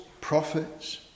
prophets